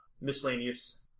miscellaneous